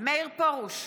מאיר פרוש,